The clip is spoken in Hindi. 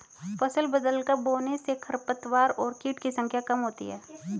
फसल बदलकर बोने से खरपतवार और कीट की संख्या कम होती है